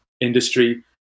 industry